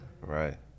right